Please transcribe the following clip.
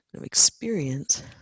experience